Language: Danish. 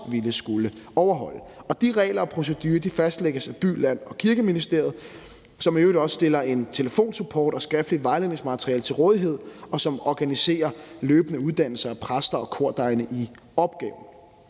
ville skulle overholde. De regler og procedurer fastlægges af By- Land- og Kirkeministeriet, som i øvrigt også stiller en telefonsupport og skriftligt vejledningsmateriale til rådighed, og som organiserer løbende uddannelser af præster og kordegne i opgaven.